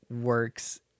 works